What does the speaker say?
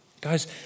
Guys